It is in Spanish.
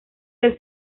del